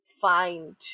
find